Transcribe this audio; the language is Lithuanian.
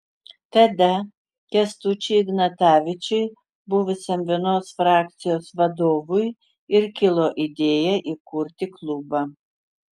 tada kęstučiui ignatavičiui buvusiam vienos frakcijos vadovui ir kilo idėja įkurti klubą